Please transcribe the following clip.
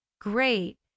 great